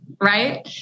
right